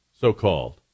so-called